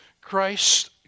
Christ